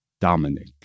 Dominic